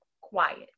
quiet